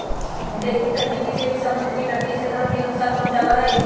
breaking तकनीक से भी समुद्र के तटीय क्षेत्रवन के नुकसान पहुंचावा हई